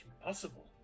impossible